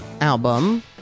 album